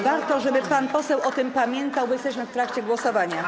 Warto, żeby pan poseł o tym pamiętał, bo jesteśmy w trakcie głosowania.